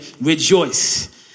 rejoice